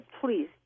please